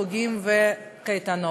חוגים וקייטנות.